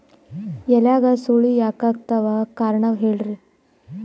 ಎಲ್ಯಾಗ ಸುಳಿ ಯಾಕಾತ್ತಾವ ಕಾರಣ ಹೇಳ್ರಿ?